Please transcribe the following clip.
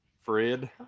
Fred